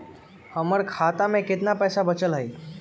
हमर खाता में केतना पैसा बचल हई?